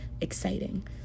exciting